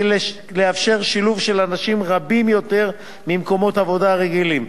לאפשר שילוב של אנשים רבים יותר במקומות עבודה רגילים.